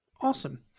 Awesome